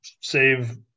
save